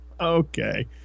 Okay